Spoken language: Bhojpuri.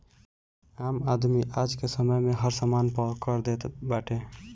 आम आदमी आजके समय में हर समान पे कर देत बाटे